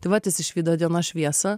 taip vat jis išvydo dienos šviesą